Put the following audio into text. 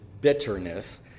bitterness